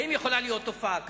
האם יכולה להיות תופעה כזאת?